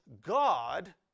God